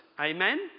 Amen